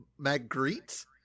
Magritte